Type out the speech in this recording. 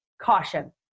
caution